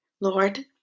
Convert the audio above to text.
Lord